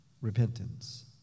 repentance